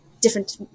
different